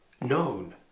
known